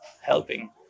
helping